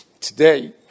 today